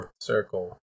Circle